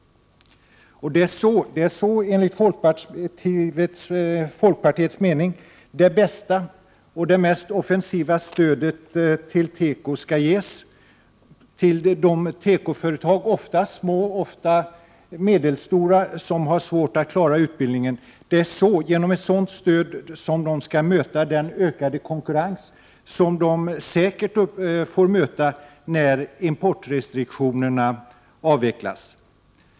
Enligt folkpartiets mening är det så som det bästa och det mest offensiva stödet till tekoindustrin skall ges. Det rör sig om små och medelstora företag som har svårt att klara utbildningen. Det är med ett sådant stöd som man skall möta den ökande konkurrens som säkert blir följden när importrestriktionerna avvecklas.